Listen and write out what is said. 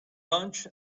lunch